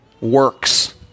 works